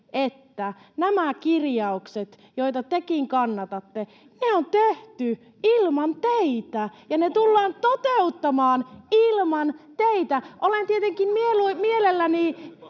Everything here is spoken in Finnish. että nämä kirjaukset, joita tekin kannatatte, ne on tehty ilman teitä ja ne tullaan toteuttamaan ilman teitä. Olen tietenkin mielelläni